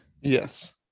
Yes